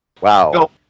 Wow